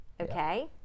okay